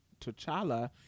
T'Challa